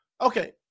okay